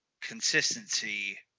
consistency